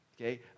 Okay